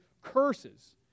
curses